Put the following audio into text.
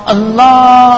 Allah